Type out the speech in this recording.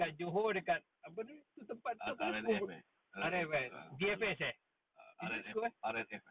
R&F eh